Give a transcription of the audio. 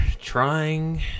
trying